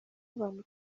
abantu